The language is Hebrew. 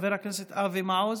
חבר הכנסת אבי מעוז,